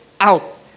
out